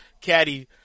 caddy